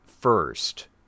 first